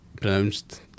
pronounced